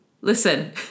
Listen